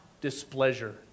displeasure